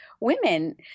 women